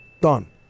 Done